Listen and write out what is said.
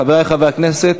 חברי הכנסת,